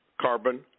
carbon